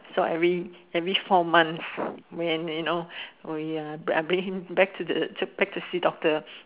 so every every four months when you know we are I bring him back to see doctor